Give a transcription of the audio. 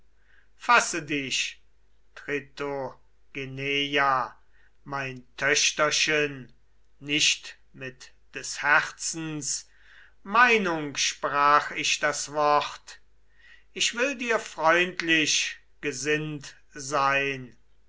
fasse dich tritogeneia mein töchterchen nicht mit des herzens meinung sprach ich das wort ich will dir freundlich gesinnt sein